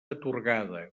atorgada